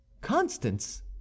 constance